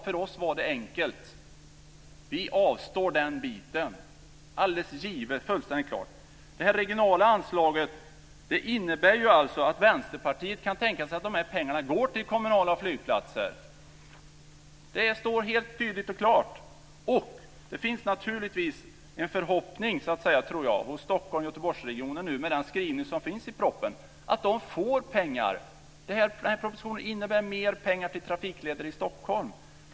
För oss var det enkelt. Vi avstod från den biten. Det var alldeles givet och fullständigt klart. Det regionala anslaget innebär att Vänsterpartiet kan tänka sig att pengarna går till kommunala flygplatser. Det står helt tydligt och klart. Det finns naturligtvis en förhoppning i Stockholms och Göteborgsregionen med den skrivning som finns i propositionen att de får pengar. Propositionen innebär mer pengar till trafikleder i Stockholm.